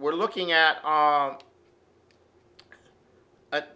we're looking at